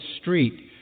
street